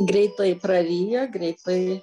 greitai praryja greitai